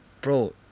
Bro